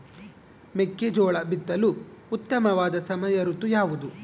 ಮೆಕ್ಕೆಜೋಳ ಬಿತ್ತಲು ಉತ್ತಮವಾದ ಸಮಯ ಋತು ಯಾವುದು?